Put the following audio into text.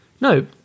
No